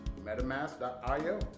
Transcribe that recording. MetaMask.io